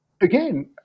again